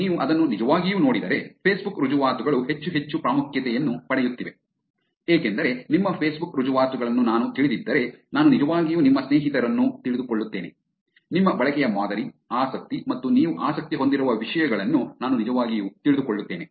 ಮತ್ತು ನೀವು ಅದನ್ನು ನಿಜವಾಗಿಯೂ ನೋಡಿದರೆ ಫೇಸ್ಬುಕ್ ರುಜುವಾತುಗಳು ಹೆಚ್ಚು ಹೆಚ್ಚು ಪ್ರಾಮುಖ್ಯತೆಯನ್ನು ಪಡೆಯುತ್ತಿವೆ ಏಕೆಂದರೆ ನಿಮ್ಮ ಫೇಸ್ಬುಕ್ ರುಜುವಾತುಗಳನ್ನು ನಾನು ತಿಳಿದಿದ್ದರೆ ನಾನು ನಿಜವಾಗಿಯೂ ನಿಮ್ಮ ಸ್ನೇಹಿತರನ್ನು ತಿಳಿದುಕೊಳ್ಳುತ್ತೇನೆ ನಿಮ್ಮ ಬಳಕೆಯ ಮಾದರಿ ಆಸಕ್ತಿ ಮತ್ತು ನೀವು ಆಸಕ್ತಿ ಹೊಂದಿರುವ ವಿಷಯಗಳನ್ನು ನಾನು ನಿಜವಾಗಿಯೂ ತಿಳಿದುಕೊಳ್ಳುತ್ತೇನೆ